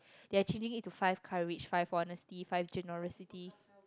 they are changing it to five courage five honesty five generosity